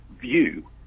view